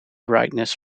brightness